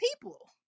people